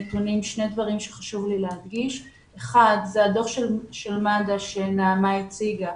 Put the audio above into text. הנתונים: ראשית, הדוח של מד"א שהציגה